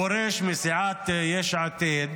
הפורש מסיעת יש עתיד,